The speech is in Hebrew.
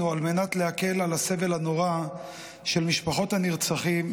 על מנת להקל את הסבל הנורא של משפחות הנרצחים,